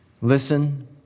listen